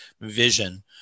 vision